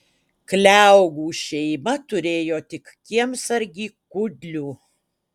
kliaugų šeima turėjo tik kiemsargį kudlių